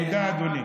תודה, אדוני.